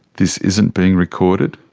this isn't being recorded?